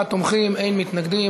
34 תומכים, אין מתנגדים.